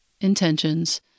intentions